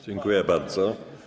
Dziękuję bardzo.